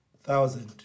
thousand